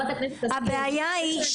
הבעיה היא,